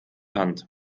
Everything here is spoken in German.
hand